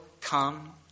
come